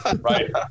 right